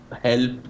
help